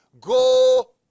go